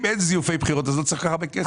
אם אין זיופי בחירות אז לא צריך כל כך הרבה כסף.